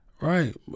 Right